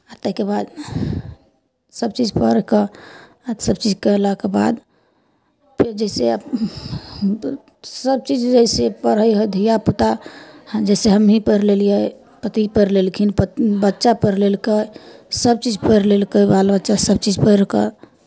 आ ताहिके बाद सभचीज पढ़ि कऽ आ सभचीज कएलाके बाद फेर जइसे आब सभ चीज जइसे पढ़ै हइ धियापुता जइसे हमहीँ पढ़ि लेलियै पति पढ़ि लेलखिन प बच्चा पढ़ि लेलकै सभचीज पढ़ि लेलकै बाल बच्चा सभचीज पढ़ि कऽ